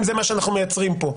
אם זה מה שאנחנו מייצרים פה.